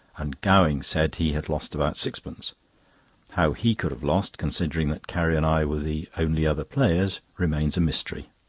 and gowing said he had lost about sixpence how he could have lost, considering that carrie and i were the only other players, remains a mystery.